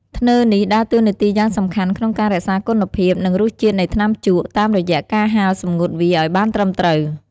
ធ្នើរនេះដើរតួនាទីយ៉ាងសំខាន់ក្នុងការរក្សាគុណភាព និងរសជាតិនៃថ្នាំជក់ តាមរយៈការហាលសម្ងួតវាអោយបានត្រឹមត្រូវ។